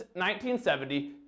1970